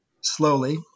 slowly